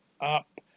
up